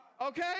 Okay